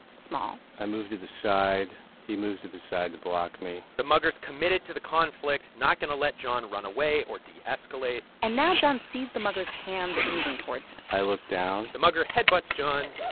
small i move to the side. he moves to the side to block me the mugger's committed to the conflict, not going to let john run away or de-escalate and now john sees the mugger's hands moving towards him i looked down the mugger head-butts john.